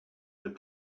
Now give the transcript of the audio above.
but